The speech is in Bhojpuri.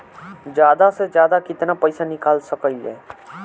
जादा से जादा कितना पैसा निकाल सकईले?